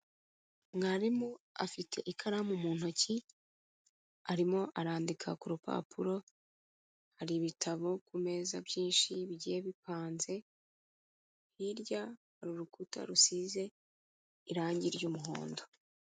Mwarimu afite ikaramu mu ntoki, arimo arandika ku rupapuro, hari ibitabo ku meza byinshi bigiye bipanze, hirya hari urukuta rusize irangi ry'umuhondo.